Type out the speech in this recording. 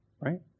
right